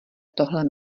tohle